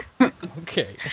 Okay